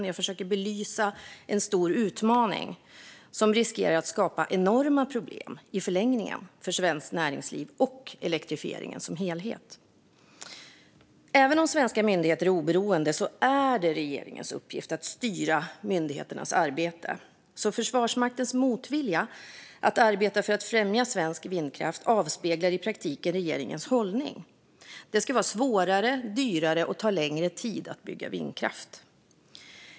Det jag försöker göra är att belysa en stor utmaning som i förlängningen riskerar att skapa enorma problem för svenskt näringsliv och elektrifieringen som helhet. Även om svenska myndigheter är oberoende är det regeringens uppgift att styra myndigheternas arbete. Försvarsmaktens motvilja mot att arbeta för att främja svensk vindkraft avspeglar därmed i praktiken regeringens hållning - det ska vara svårare och dyrare och ta längre tid att bygga vindkraft.